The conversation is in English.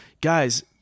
guys